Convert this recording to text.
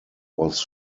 was